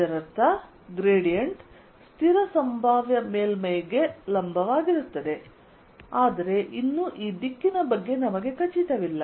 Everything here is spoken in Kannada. ಇದರರ್ಥ ಗ್ರೇಡಿಯಂಟ್ ಸ್ಥಿರ ಸಂಭಾವ್ಯ ಮೇಲ್ಮೈಗೆ ಲಂಬವಾಗಿರುತ್ತದೆ ಆದರೆ ಇನ್ನೂ ಈ ದಿಕ್ಕಿನ ಬಗ್ಗೆ ನಮಗೆ ಖಚಿತವಿಲ್ಲ